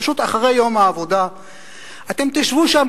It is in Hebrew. פשוט אחרי יום העבודה אתם תשבו שם,